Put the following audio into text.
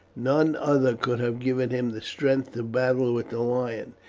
none other could have given him the strength to battle with the lion.